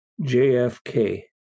JFK